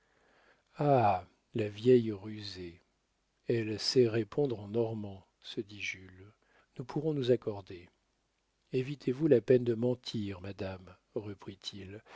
ah la vieille rusée elle sait répondre en normand se dit jules nous pourrons nous accorder évitez vous la peine de mentir madame